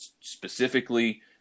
specifically